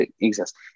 exist